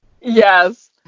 Yes